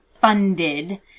funded